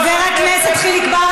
חבר הכנסת חיליק בר,